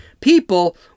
people